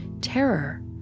Terror